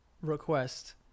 request